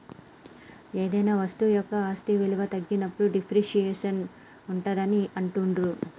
ఏదైనా వస్తువు యొక్క ఆస్తి విలువ తగ్గినప్పుడు డిప్రిసియేషన్ ఉంటాదని అంటుండ్రు